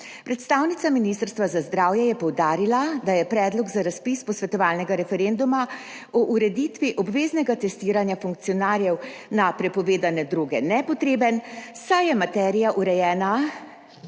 Predstavnica Ministrstva za zdravje je poudarila, da je predlog za razpis posvetovalnega referenduma o ureditvi obveznega testiranja funkcionarjev na prepovedane droge nepotreben, saj je materija urejena